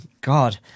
God